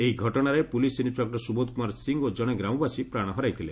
ଏହି ଘଟଣାରେ police inspector Subodh Kumar Singh ଓ ଜଣେ ଗ୍ରାମବାସୀ ପ୍ରାଣ ହରାଇଥିଲେ